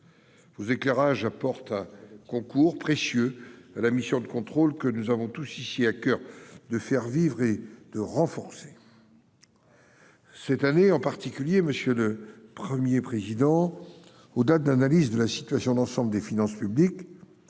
Vos éclairages apportent un concours précieux à la mission de contrôle que nous avons tous ici à coeur de faire vivre et de renforcer. C'est vrai ! Cette année en particulier, monsieur le Premier président, au-delà de l'analyse de la situation d'ensemble des finances publiques,